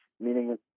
Meaning